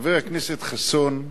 חבר הכנסת חסון,